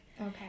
Okay